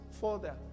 further